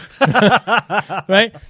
Right